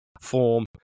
form